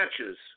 matches